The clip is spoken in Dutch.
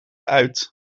uit